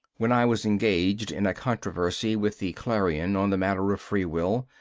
when i was engaged in a controversy with the clarion on the matter of free will,